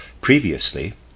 previously